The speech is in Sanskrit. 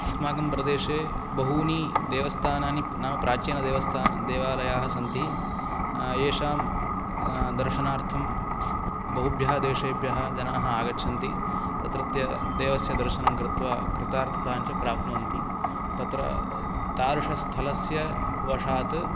अस्माकं प्रदेशे बहूनि देवस्थानानि नाम प्राचीनदेवस्था देवालयाः सन्ति येषां दर्शनार्थं बहुभ्यः देशेभ्यः जनाः आगच्छन्ति तत्रत्य देवस्य दर्शनं कृत्वा कृतार्थताञ्च प्राप्नुवन्ति तत्र तादृश स्थलस्य वशात्